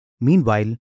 Meanwhile